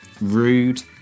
Rude